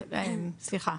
סליחה,